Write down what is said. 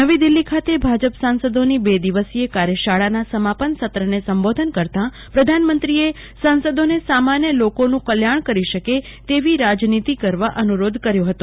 નવી દીલ્લ્ફી ખાતે ભાજપ સાંસદોની બે દિવસીય કાર્યશાળાના સમાપન સત્રને સંબોધના કરતા પ્રધાનમંત્રીએ સાંસદોને સામાન્ય લોકોનું કલ્યાણ કરી શકે તેવી રાજનીતિ કરવા અનુરોધ કર્યો હતો